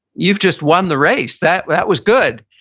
you've just won the race. that, that was good.